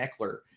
Eckler